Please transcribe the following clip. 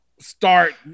start